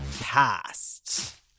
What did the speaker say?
past